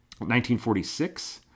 1946